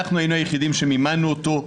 אנחנו היינו היחידים שמימנו אותו,